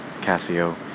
Casio